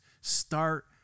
start